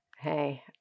Hey